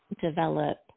develop